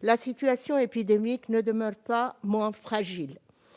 la situation épidémique n'en demeure pas moins fragile.